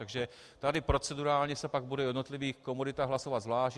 Takže tady procedurálně se pak bude o jednotlivých komoditách hlasovat zvlášť.